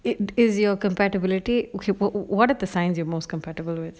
it is your compatibility oh okay what what are the signs you are most comfortable with